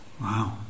Wow